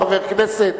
חברי הכנסת,